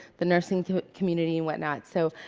the nursing community and whatnot. so,